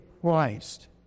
Christ